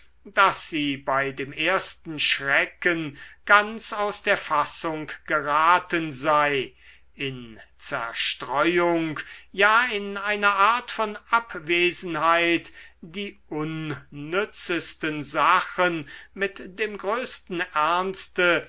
daß sie bei dem ersten schrecken ganz aus der fassung geraten sei in zerstreuung ja in einer art von abwesenheit die unnützesten sachen mit dem größten ernste